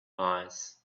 eyes